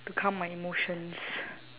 to calm my emotions